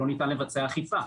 והיא שלא ניתן לבצע אכיפה.